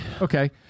Okay